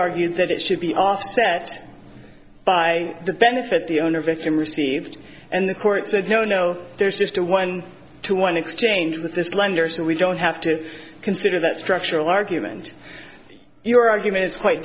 argue that it should be offset by the benefit the owner victim received and the court said no no there's just a one to one exchange with this lender so we don't have to consider that structural argument your argument is quite